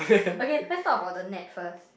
okay let's talk about the net first